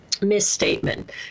misstatement